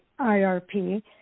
IRP